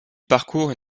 parcourent